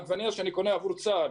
העגבנייה שאני קונה עבור צה"ל